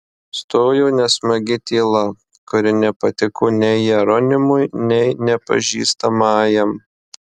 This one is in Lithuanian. stojo nesmagi tyla kuri nepatiko nei jeronimui nei nepažįstamajam